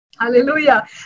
Hallelujah